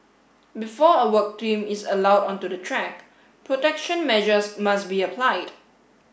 before a work team is allowed onto the track protection measures must be applied